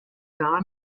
gar